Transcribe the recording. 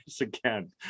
again